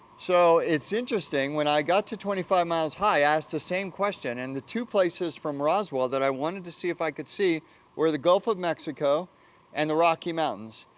so, it's interesting, when i got to twenty five miles high, asked the same question and the two places from roswell that i wanted to see if i could see were the gulf of mexico and the rocky mountains.